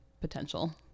potential